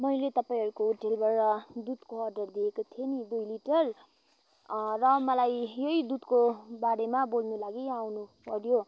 मैले तपाईँहरूको होटलबाट दुधको अर्डर दिएको थिएँ नि दुई लिटर र मलाई यही दुधको बारेमा बोल्नु लागि यहाँ आउनुपऱ्यो